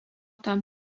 tam